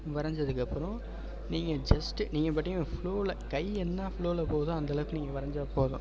வரைஞ்சதுக்கு அப்புறம் நீங்கள் ஜஸ்ட்டு நீங்கள் பாட்லுயும் ஃப்ளோவில் கை என்ன ஃப்ளோவில் போகுதோ அந்தளவுக்கு நீங்கள் வரைஞ்சால் போதும்